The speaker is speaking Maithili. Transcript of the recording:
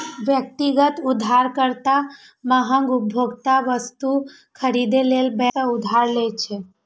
व्यक्तिगत उधारकर्ता महग उपभोक्ता वस्तु खरीदै लेल बैंक सं उधार लै छै